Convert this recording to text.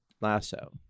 Lasso